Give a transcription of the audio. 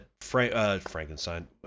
Frankenstein